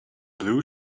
blue